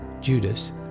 Judas